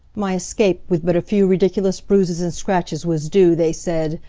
my escape with but a few ridiculous bruises and scratches was due, they said,